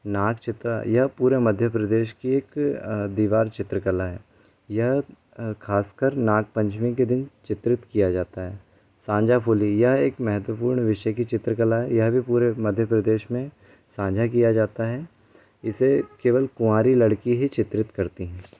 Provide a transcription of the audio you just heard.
नाग चित्र यह पूरे मध्य प्रदेश की एक दीवार चित्रकला है यह खासकर नाग पंचमी के दिन चित्रित किया जाता है सांझा फ़ुलि यह एक महत्वपूर्ण विषय की चित्रकला यह भी पूरे मध्य प्रदेश में सांझा किया जाता है इसे केवल कुंवारी लड़की ही चित्रित करती हैं